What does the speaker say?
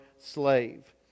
slave